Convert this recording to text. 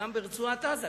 גם ברצועת-עזה,